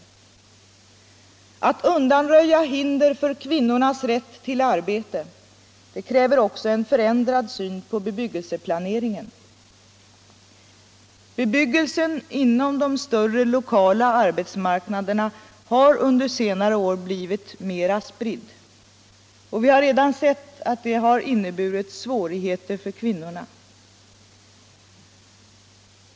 För att undanröja hinder för kvinnornas rätt till arbete krävs också en förändrad syn på bebyggelseplaneringen. Bebyggelsen inom de större lokala arbetsmarknaderna har under senare år blivit mer spridd. Och vi har redan sett att det har inneburit svårigheter för kvinnorna.